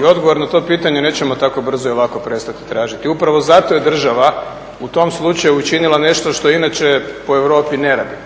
I odgovor na to pitanje nećemo tako brzo i lako prestati tražiti. Upravo zato je država u tom slučaju učinila nešto što inače u Europi ne rade.